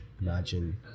imagine